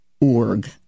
org